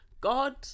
god